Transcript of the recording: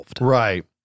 Right